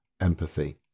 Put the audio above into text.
empathy